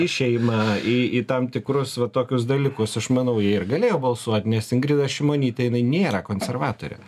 išėjimą į į tam tikrus va tokius dalykus aš manau jie ir galėjo balsuot nes ingrida šimonytė jinai nėra konservatorė